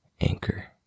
anchor